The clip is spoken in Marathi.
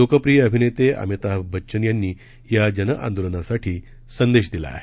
लोकप्रिय अभिनेते अमिताभ बच्चन यांनी या जनआंदोलनासाठी संदेश दिला आहे